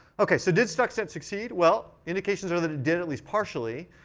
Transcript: ok. so did stuxnet succeed? well, indications are that it did, at least partially.